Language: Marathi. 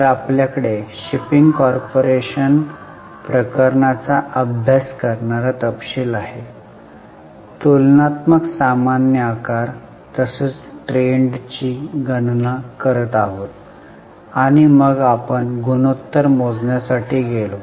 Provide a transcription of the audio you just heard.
तर आपल्याकडे शिपिंग कॉर्पोरेशन प्रकरणाचा अभ्यास करणारा तपशील आहे तुलनात्मक सामान्य आकार तसेच ट्रेंडची गणना करत आहोत आणि मग आपण गुणोत्तर मोजण्यासाठी गेलो